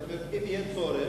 זאת אומרת, אם יהיה צורך,